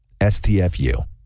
STFU